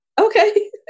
Okay